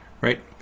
Right